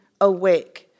awake